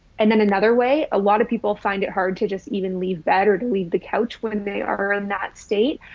and then another way a lot of people find it hard to just even leave bed or the couch when they are in that state.